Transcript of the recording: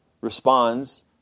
responds